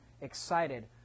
excited